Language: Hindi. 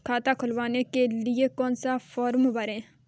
खाता खुलवाने के लिए कौन सा फॉर्म भरें?